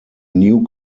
new